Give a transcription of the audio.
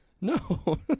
No